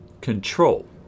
control